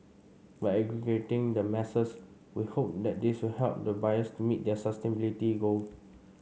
by aggregating the masses we hope that this will help the buyers to meet their sustainability goal